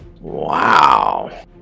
wow